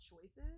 choices